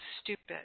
stupid